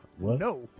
No